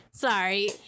sorry